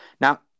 Now